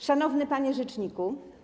Szanowny Panie Rzeczniku!